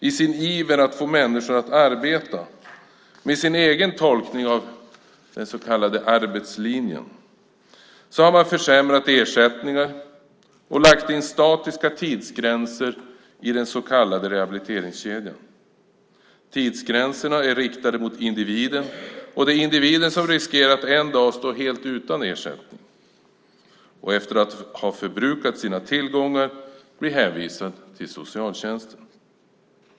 I sin iver att få människor att arbeta, med en egen tolkning av den så kallade arbetslinjen, har man försämrat ersättningar och lagt in statiska tidsgränser i den så kallade rehabiliteringskedjan. Tidsgränserna är riktade mot individen. Det är individen som riskerar att en dag stå helt utan ersättning och efter att ha förbrukat sina tillgångar bli hänvisad till socialtjänsten.